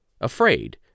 afraid